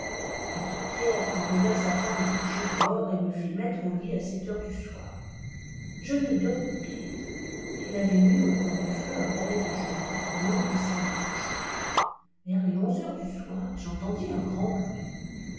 maître pierre envoya sa femme couofa'er de hors et me fit mettre au lit à sepi beures du soir je ne dofmis guère u avait mis au coin du feu un batoi de geoôt icmg et aav manche c vers les onze heures du soir j'entendis uu grand bruit